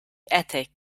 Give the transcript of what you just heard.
attic